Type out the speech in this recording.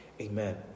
Amen